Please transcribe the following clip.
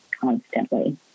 constantly